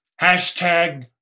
Hashtag